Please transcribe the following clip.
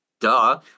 duh